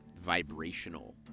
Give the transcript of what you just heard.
vibrational